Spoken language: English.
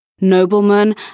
Noblemen